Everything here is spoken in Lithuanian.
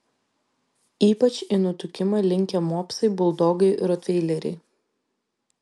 ypač į nutukimą linkę mopsai buldogai rotveileriai